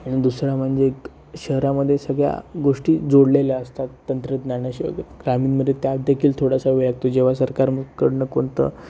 दुसरा म्हणजे एक शहरामध्ये सगळ्या गोष्टी जोडलेल्या असतात तंत्रज्ञानाशी वगैरे ग्रामीणमध्ये त्यात देखील थोडासा वेळ लागतो जेव्हा सरकारकडनं कोणतं